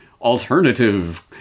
alternative